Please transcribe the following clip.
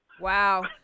Wow